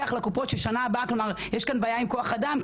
יש כאן בעיה עם כוח אדם,